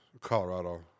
Colorado